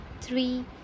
three